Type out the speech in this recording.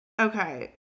Okay